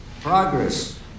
progress